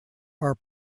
are